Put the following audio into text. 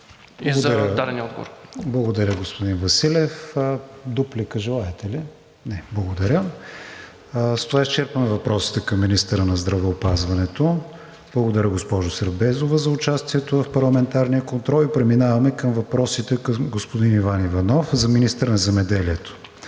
КРИСТИАН ВИГЕНИН: Благодаря, господин Василев. Дуплика желаете ли? Не. Благодаря. С това изчерпваме въпросите към министъра на здравеопазването. Благодаря, госпожо Сербезова, за участието в парламентарния контрол. Преминаваме към въпросите към господин Иван Иванов – министър на земеделието.